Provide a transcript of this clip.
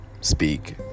speak